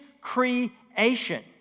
creation